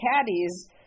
caddies